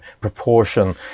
proportion